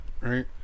Right